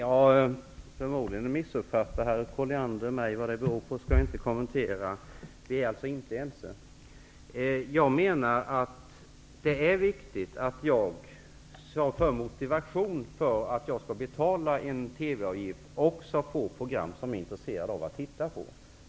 Herr talman! Harriet Colliander har förmodligen missuppfattat mig. Vad det beror på skall jag inte kommentera. Vi är alltså inte ense. Det är viktigt att jag såsom motivation för att jag skall betala en TV-avgift också får program som jag är intresserad av att titta på.